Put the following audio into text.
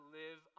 live